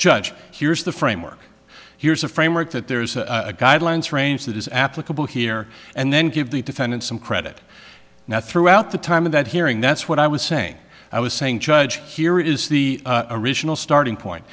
judge here's the framework here's a framework that there's a guidelines range that is applicable here and then give the defendant some credit now throughout the time of that hearing that's what i was saying i was saying judge here is the original starting point